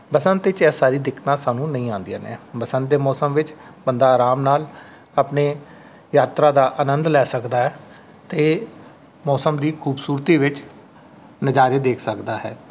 ਬਸੰਤ ਵਿੱਚ ਇਹ ਸਾਰੀਆਂ ਦਿੱਕਤਾਂ ਸਾਨੂੰ ਨਹੀਂ ਆਉਂਦੀਆਂ ਨੇ ਬਸੰਤ ਦੇ ਮੌਸਮ ਵਿੱਚ ਬੰਦਾ ਆਰਾਮ ਨਾਲ ਆਪਣੇ ਯਾਤਰਾ ਦਾ ਆਨੰਦ ਲੈ ਸਕਦਾ ਹੈ ਅਤੇ ਮੌਸਮ ਦੀ ਖੂਬਸੂਰਤੀ ਵਿੱਚ ਨਜ਼ਾਰੇ ਦੇਖ ਸਕਦਾ ਹੈ